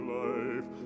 life